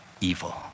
evil